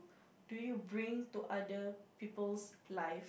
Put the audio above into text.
do you bring to other people's life